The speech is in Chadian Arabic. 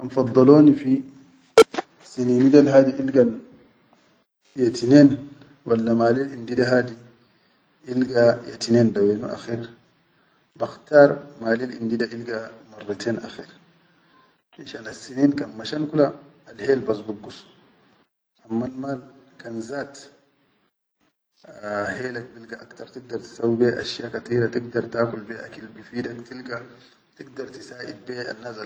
Kan faddaloni fin sinin dol hadi ilgan ya tinen walla malil indi da hadi ilga ya tinen da wenul akher, bakhtar malil indi da ilga marriten akher, finshan assinin kan mashan kula alhel bas bingud, ammal maal kan zaad aa helak bilga aktar tigda tisaw be ashya kateera tigdar takul be akil bifeedak tilga tigdar tisaʼid ba.